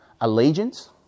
allegiance